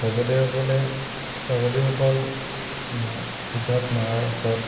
স্বৰ্গদেউসকলে স্বৰ্গদেউসকল যুদ্ধত মৰাৰ পিছত